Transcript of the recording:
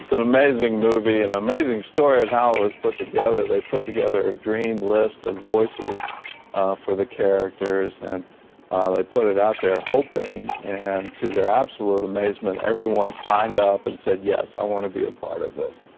an amazing movie, and an amazing story of how it was put together. they put together a dream list of voices for the characters, and they put it out there hoping. and to their absolute amazement, everyone signed up and said, yes, i want to be a part of this.